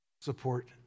support